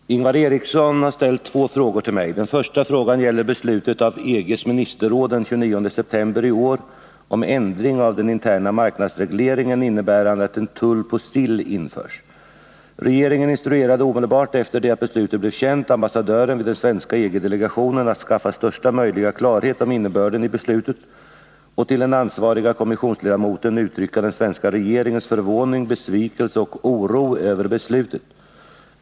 Herr talman! Ingvar Eriksson har ställt två frågor till mig. Den första frågan gäller beslutet av EG:s ministerråd den 29 september i år om ändring av den interna marknadsregleringen, innebärande att en tull på sill införs. Regeringen instruerade omedelbart efter det att beslutet blev känt ambassadören vid den svenska EG-delegationen att skaffa största möjliga klarhet om innebörden i beslutet och att till den ansvariga kommissionsledamoten uttrycka den svenska regeringens förvåning, besvikelse och oro över beslutet.